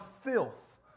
filth